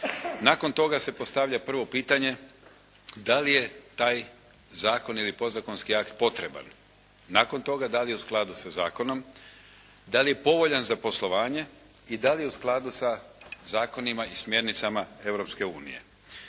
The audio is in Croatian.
Nakon toga se postavlja prvo pitanje da li je taj zakon ili podzakonski akt potreban, nakon toga da li je u skladu sa zakonom, da li je povoljan za poslovanje i da li je u skladu sa zakonima i smjernicama